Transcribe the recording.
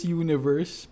universe